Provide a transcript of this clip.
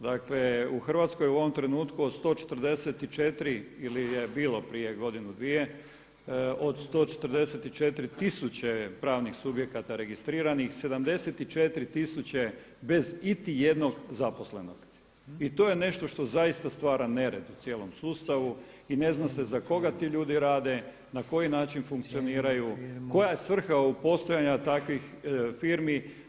Dakle, u Hrvatskoj u ovom trenutku od 144 ili je bilo prije godinu dvije od 144 tisuće pravnih subjekata registriranih 74 tisuće bez i ti jednog zaposlenog i to je nešto što zaista stvara nered u cijelom sustavu i ne zna se za koga ti ljudi rade, na koji način funkcioniraju, koja je svrha postojanja takvih firmi.